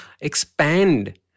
expand